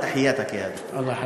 תפאדל.